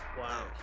Wow